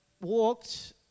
walked